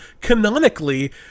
Canonically